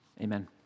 Amen